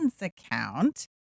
account